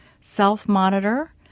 self-monitor